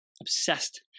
obsessed